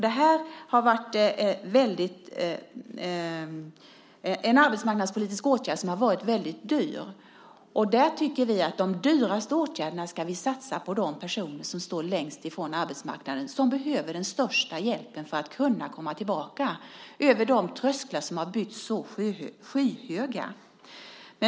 Den här arbetsmarknadspolitiska åtgärden har varit väldigt dyr. Vi tycker att de dyraste åtgärderna ska satsas på de personer som står längst ifrån arbetsmarknaden och som behöver den största hjälpen för att kunna komma tillbaka över de skyhöga trösklar som har byggts.